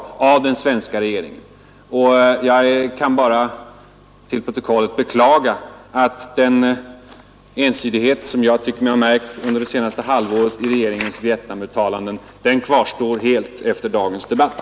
Jag kan bara beklaga, och få det antecknat i protokollet, att den ensidighet som jag har märkt under det senaste halvåret i regeringens Vietnamuttalanden helt kvarstår efter dagens debatt!